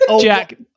Jack